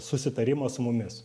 susitarimą su mumis